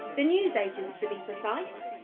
the news agents to be precise.